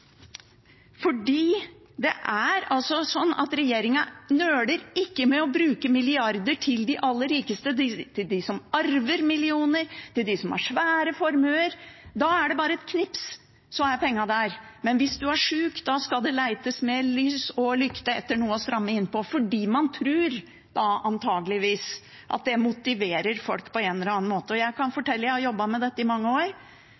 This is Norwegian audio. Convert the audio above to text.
det er jeg på dette. For regjeringen nøler ikke med å bruke milliarder på de aller rikeste, de som arver millioner, de som har svære formuer. Da er det bare et knips, så er pengene der. Men hvis du er syk, da skal det letes med lys og lykte etter noe å stramme inn på, for man tror – antakeligvis – at det motiverer folk på en eller annen måte. Og jeg kan fortelle at jeg har jobbet med dette i mange år.